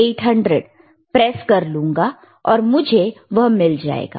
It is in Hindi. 800 प्रेस कर लूंगा और मुझे वह मिल जाएगा